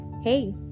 Hey